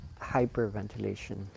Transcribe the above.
hyperventilation